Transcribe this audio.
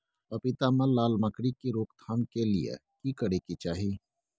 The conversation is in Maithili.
पपीता मे लाल मकरी के रोक थाम के लिये की करै के चाही?